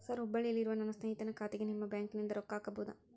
Sir ಹುಬ್ಬಳ್ಳಿಯಲ್ಲಿ ಇರುವ ನನ್ನ ಸ್ನೇಹಿತನ ಖಾತೆಗೆ ನಿಮ್ಮ ಬ್ಯಾಂಕಿನಿಂದ ರೊಕ್ಕ ಹಾಕಬಹುದಾ?